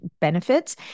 benefits